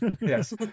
Yes